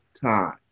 time